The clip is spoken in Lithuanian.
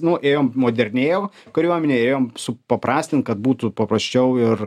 nu ėjom modernėjo kariuomenėj ėjom supaprastint kad būtų paprasčiau ir